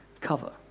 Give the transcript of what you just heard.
cover